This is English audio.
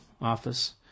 Office